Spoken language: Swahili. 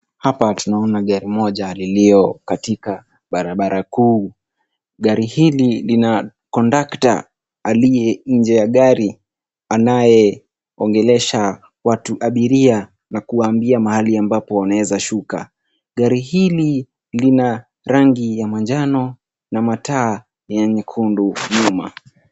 Hapa tunaona gari moja liliyo latika barabara kuu. Gari hili lina kondakta aliye nje ya gari, anayeongelesha watu abiria na kuwaambia mahali ambapo wanaeza shuka. Gari hili lina rangi ya manjano na mataa ya nyekundu nyuma.